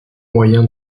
moyen